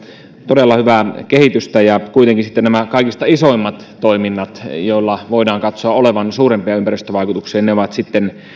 todella hyvää kehitystä kuitenkin sitten nämä kaikista isoimmat toiminnat joilla voidaan katsoa olevan suurempia ympäristövaikutuksia ovat sitten